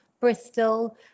Bristol